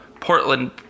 Portland